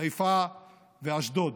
חיפה ואשדוד,